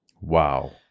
Wow